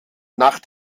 nach